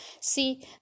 see